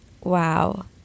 Wow